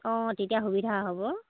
অঁ তেতিয়া সুবিধা হ'ব